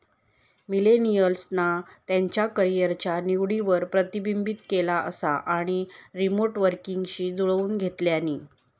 मिलेनियल्सना त्यांच्या करीयरच्या निवडींवर प्रतिबिंबित केला असा आणि रीमोट वर्कींगशी जुळवुन घेतल्यानी